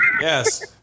Yes